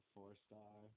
Four-star